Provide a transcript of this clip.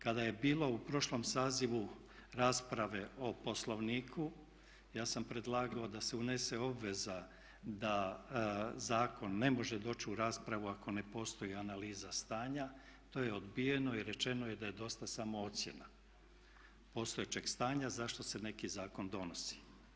Kada je bilo u prošlom sazivu rasprave o Poslovniku ja sam predlagao da se unese obveza da zakon ne može doći u raspravu ako ne postoji analiza stanja, to je odbijeno i rečeno je da dosta samo ocjena postojećeg stanja zašto se neki zakon donosi.